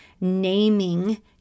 naming